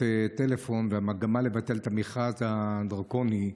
טלפון והמגמה לבטל את המכרז הדרקוני.